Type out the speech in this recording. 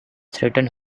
threaten